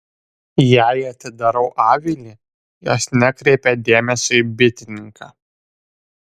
jei atidarau avilį jos nekreipia dėmesio į bitininką